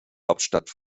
hauptstadt